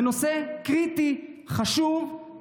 זה נושא קריטי, חשוב.